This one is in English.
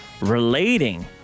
relating